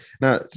Now